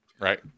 Right